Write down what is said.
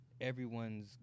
everyone's